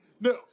No